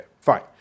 fine